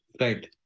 Right